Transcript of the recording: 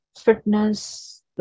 fitness